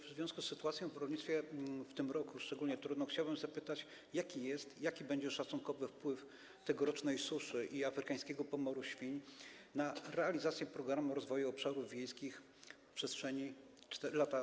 W związku z tą sytuacją w rolnictwie, w tym roku szczególnie trudną, chciałbym zapytać, jaki jest i jaki będzie szacunkowy wpływ tegorocznej suszy i afrykańskiego pomoru świń na realizację Programu Rozwoju Obszarów Wiejskich na lata